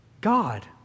God